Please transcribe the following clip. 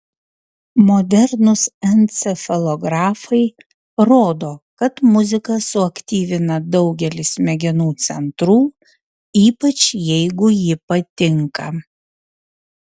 modernūs encefalografai rodo kad muzika suaktyvina daugelį smegenų centrų ypač jeigu ji patinka